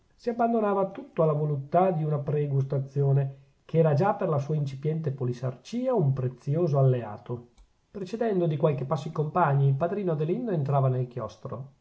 si abbandonava tutto alla voluttà di una pregustazione che era già per la sua incipiente polisarcia un prezioso alleato precedendo di qualche passo i compagni il padrino adelindo entrava nel chiostro